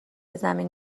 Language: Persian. زمین